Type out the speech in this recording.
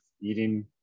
eating